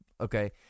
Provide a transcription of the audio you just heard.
Okay